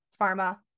pharma